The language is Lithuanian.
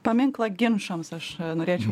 paminklą ginčams aš norėčiau